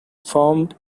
formed